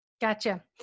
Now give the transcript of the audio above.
Gotcha